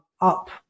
up